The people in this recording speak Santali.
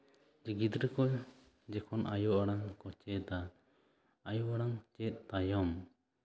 ᱜᱤᱫᱽᱨᱟᱹ ᱠᱚ ᱡᱚᱠᱷᱚᱱ ᱟᱭᱳ ᱟᱲᱟᱝ ᱠᱚ ᱪᱮᱫᱟ ᱟᱭᱳ ᱟᱲᱟᱝ ᱪᱮᱫ ᱛᱟᱭᱚᱢ